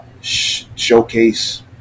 Showcase